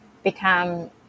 become